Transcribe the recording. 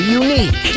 unique